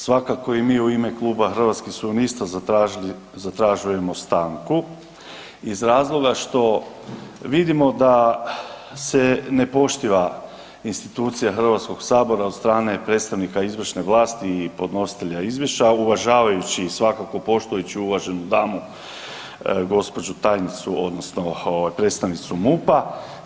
Svakako i mi u ime Kluba Hrvatskih suverenista zatražujemo stanku iz razloga što vidimo da se ne poštiva institucija HS od strane predstavnika izvršne vlasti i podnositelja izvješća, a uvažavajući svakako poštujuću uvaženu damu gđu. tajnicu odnosno predstavnicu MUP-a.